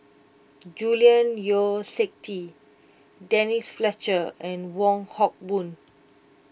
Julian Yeo See Teck Denise Fletcher and Wong Hock Boon